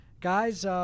Guys